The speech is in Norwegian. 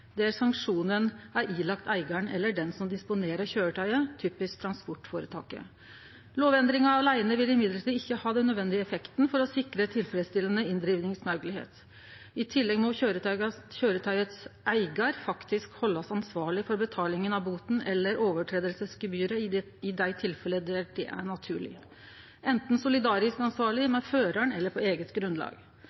der sanksjonen er ilagd eigaren eller den som disponerer køyretøyet, typisk transportføretaket. Lovendringa aleine vil likevel ikkje ha den nødvendige effekten for å sikre tilfredsstillande inndrivingsmoglegheit. I tillegg må eigaren av køyretøyet faktisk haldast ansvarleg for betalinga av bota eller overtredelsesgebyret i dei tilfella der det er naturleg, enten solidarisk ansvarleg med føraren, eller på eige grunnlag.